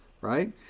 right